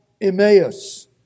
Emmaus